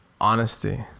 honesty